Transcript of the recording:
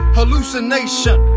hallucination